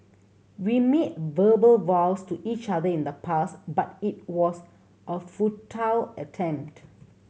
we made verbal vows to each other in the past but it was a futile attempt